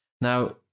Now